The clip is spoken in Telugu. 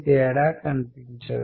ఇది అనంతంగా సాగుతుంది